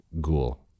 ghoul